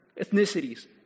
ethnicities